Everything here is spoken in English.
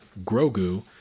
Grogu